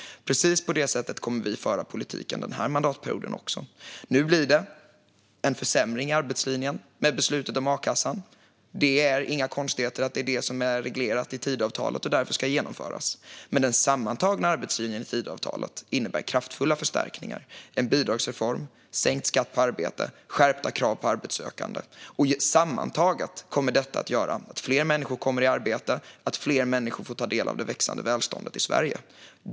Precis på detta sätt kommer vi att föra politik under den här mandatperioden också. Nu blir det en försämring i arbetslinjen i och med beslutet om a-kassan. Det är inga konstigheter att detta har reglerats i Tidöavtalet och ska genomföras. Men den sammantagna arbetslinjen i Tidöavtalet innebär kraftfulla förstärkningar, en bidragsreform, sänkt skatt på arbete och skärpta krav på arbetssökande. Sammantaget kommer detta att göra att fler människor kommer i arbete och att fler får ta del av det växande välståndet i Sverige.